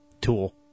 Tool